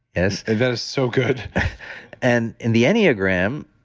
yes? that is so good and in the enneagram,